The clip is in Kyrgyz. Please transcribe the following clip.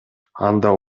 анда